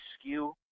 skew